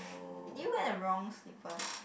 do you wear a wrong slippers